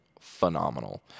phenomenal